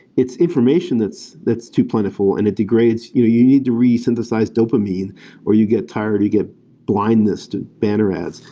it's information that's that's too plentiful and it degrades you you need to resynthesize dopamine or you get tired, you get blindness to banner ads.